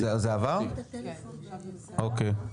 אוקי,